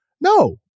No